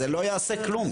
זה לא יעשה כלום.